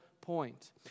point